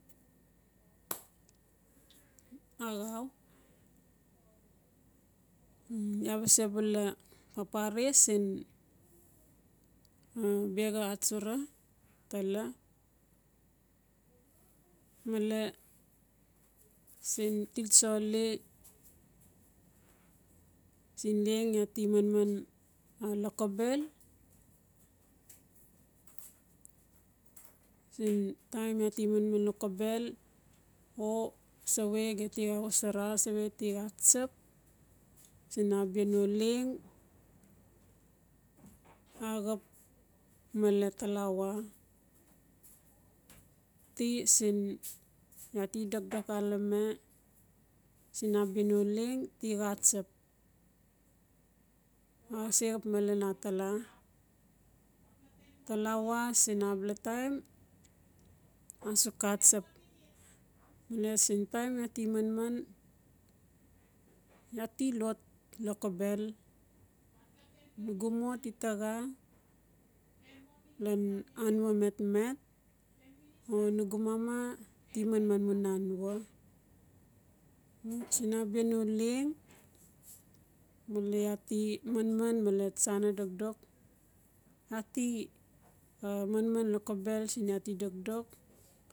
axau iaa ba se bula papare siin bera atsura tela mela siin til tsoli siin iaa ti manman lokobel siin taim iaa ti man lokobel o se we ge ti wasara. sewage tu tsap siin abia no leng axap male talawa ti siin iaa ti dokdok xalame siin abia no leng ti xa tsap. a se xap malen atala talawa siin a bia taim a suk a tsap siin taim iaa ti manman iaa ti lot lokobel. nugu mo ti taraian hanua mat. o nugu mamati manmanmu lan hanua mil siin abia no leng male iaa ti manman male tsana dokdok iaa ti manman lokobel siin iaa to dokdok.